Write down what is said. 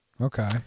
Okay